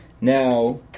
now